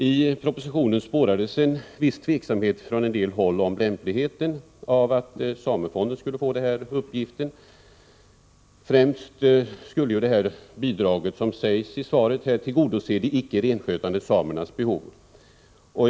I propositionen spårades en viss tveksamhet från en del håll om lämpligheten av att Samefonden skulle få denna uppgift. Såsom sägs i svaret skulle detta bidrag främst tillgodose de icke renskötande samernas behov.